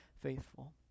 faithful